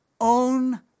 own